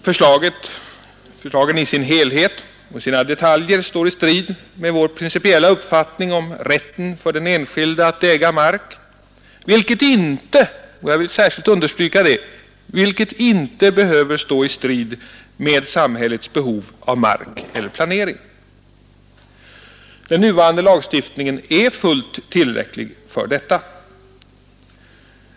Förslagen i sin helhet med alla detaljer står i strid med vår principiella uppfattning om rätten för den enskilde att äga mark vilket inte — jag vill särskilt understryka det — behöver stå i strid med samhällets behov av mark eller planering. Den nuvarande lagstiftningen är fullt tillräcklig för detta.